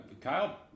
Kyle